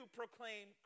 proclaim